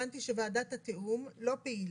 הבנתי שוועדת התיאום לא פעילה.